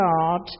God